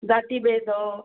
जातीभेद